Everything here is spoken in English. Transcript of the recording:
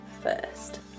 first